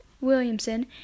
Williamson